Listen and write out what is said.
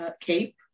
cape